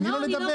תני לו לדבר.